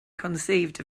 conceived